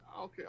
Okay